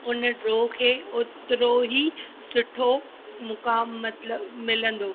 उन ड्रो खे ओतिरो ई सुठो मुक़ामु मतिलबु मिलंदो